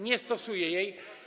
Nie stosuję jej.